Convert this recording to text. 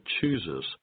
chooses